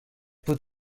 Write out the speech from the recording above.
put